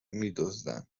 میدزدند